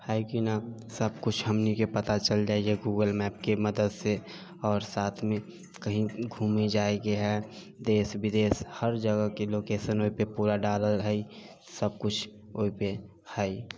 हइ कि नहि सब किछु हमनीके पता चलि जाइया गूगल मैपके मदद से आओर साथमे कही घूमे जायके हइ देश विदेश हर जगहके लोकेशन ओहि पे पूरा डालल हइ सब किछु ओहि पर हइ